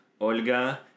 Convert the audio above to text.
Olga